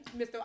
Mr